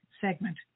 segment